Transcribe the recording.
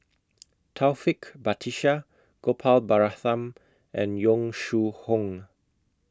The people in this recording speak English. Taufik Batisah Gopal Baratham and Yong Shu Hoong